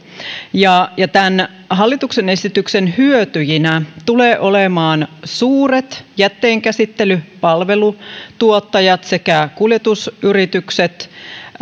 tämän hallituksen esityksen hyötyjinä tulevat olemaan suuret jätteenkäsittelyn palvelutuottajat sekä kuljetusyritykset